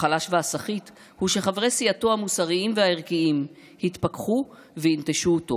החלש והסחיט הוא שחברי סיעתו המוסריים והערכיים יתפכחו וינטשו אותו,